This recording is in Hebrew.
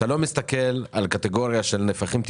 אתה לא מסתכל על קטגוריה של נפחים מעט